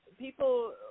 People